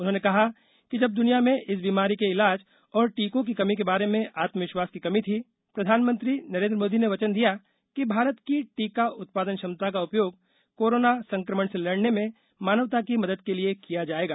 उन्होंने कहा कि जब दुनिया में इस बीमारी के इलाज और टीकों की कमी के बारे में आत्मविश्वास की कमी थी प्रधानमंत्री नरेंद्र मोदी ने वचन दिया कि भारत की टीका उत्पादन क्षमता का उपयोग कोरोना संक्रमण से लड़ने में मानवता की मदद के लिए किया जाएगा